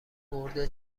مرده